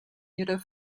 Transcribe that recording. ihrer